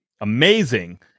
amazing